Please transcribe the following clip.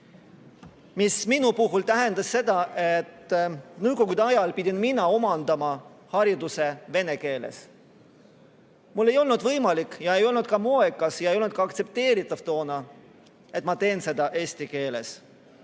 mis minu puhul tähendas seda, et Nõukogude ajal pidin mina omandama hariduse vene keeles. Mul ei olnud võimalik ja ei olnud ka moekas ega aktsepteeritav toona seda teha eesti keeles.